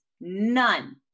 None